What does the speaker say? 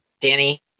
Danny